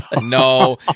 No